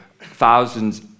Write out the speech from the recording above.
thousands